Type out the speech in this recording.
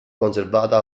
conservata